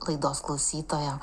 laidos klausytoja